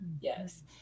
yes